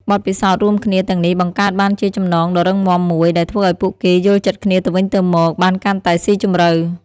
បទពិសោធន៍រួមគ្នាទាំងនេះបង្កើតបានជាចំណងដ៏រឹងមាំមួយ ដែលធ្វើឱ្យពួកគេយល់ចិត្តគ្នាទៅវិញទៅមកបានកាន់តែស៊ីជម្រៅ ។